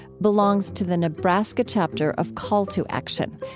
belongs to the nebraska chapter of call to action,